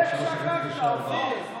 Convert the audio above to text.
יושב-ראש הכנסת לשעבר.